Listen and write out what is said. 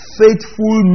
faithful